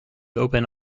open